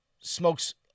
smokes